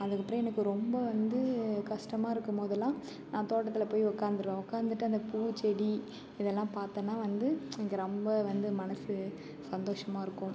அதுக்கப்புறம் எனக்கு ரொம்ப வந்து கஷ்டமாக இருக்கும் போதெல்லாம் நான் தோட்டத்தில் போய் உட்காந்துருவேன் உட்காந்துட்டு அந்த பூச்செடி இதெல்லாம் பார்த்தேன்னா வந்து எனக்கு ரொம்ப வந்து மனது சந்தோஷமாக இருக்கும்